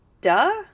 duh